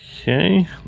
Okay